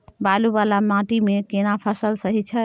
बालू वाला माटी मे केना फसल सही छै?